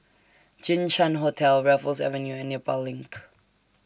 Jinshan Hotel Raffles Avenue and Nepal LINK